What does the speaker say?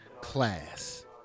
class